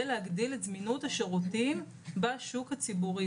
להגדיל את זמינות השירותים בשוק הציבורי.